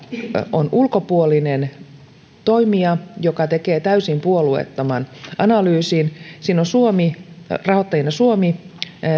on ulkopuolinen toimija joka tekee täysin puolueettoman analyysin siinä on rahoittajina suomi